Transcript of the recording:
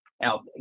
Now